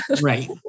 Right